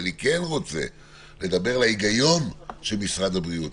אבל אני כן רוצה לדבר להיגיון של משרד הבריאות,